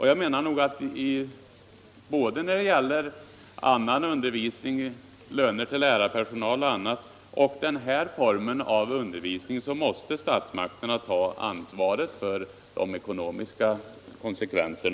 Jag menar att statsmakterna måste ta det ekonomiska ansvaret för denna form av undervisning lika väl som för annan undervisning, löner ull lärarpersonal osv.